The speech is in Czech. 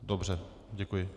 Dobře, děkuji.